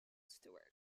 stuart